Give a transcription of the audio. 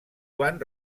quan